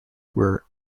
were